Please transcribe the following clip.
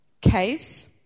case